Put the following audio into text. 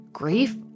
Grief